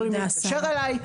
יכולים להתקשר אליי.